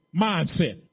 mindset